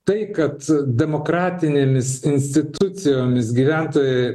tai kad demokratinėmis institucijomis gyventojai